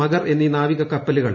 മഗർ എന്നീ ിന്റാവിക കപ്പലുകൾ